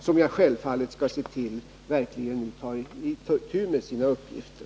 Jag skall självfallet se till att de verkligen tar itu med sina uppgifter.